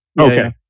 Okay